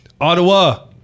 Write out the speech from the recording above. Ottawa